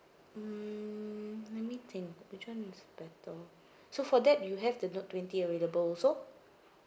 mm let me think which one is better so for that you have the note twenty available also